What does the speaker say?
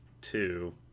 two